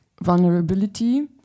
vulnerability